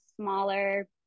smaller